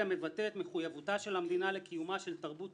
אבל אמרת מימין לשמאל ולכן יש